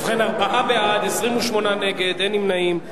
ובכן, ארבעה בעד, 28 נגד, אין נמנעים.